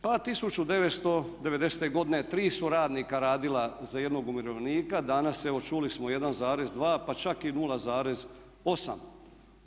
Pa 1990.godine tri su radnika radila za jednog umirovljenika, danas evo čuli smo 1,2 pa čak i 0,8.